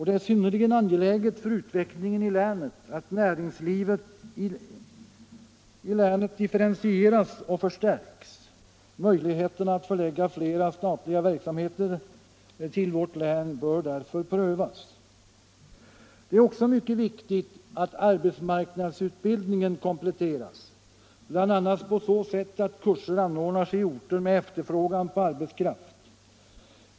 Det är synnerligen angeläget för utvecklingen i länet att näringslivet där differentieras och förstärks. Möjligheterna att förlägga flera statliga verksamheter till vårt län bör därför prövas. Det är också mycket viktigt att arbetsmarknadsutbildningen kompletteras, bl.a. på så sätt att kurser anordnas i orter med efterfrågan på arbetskraft.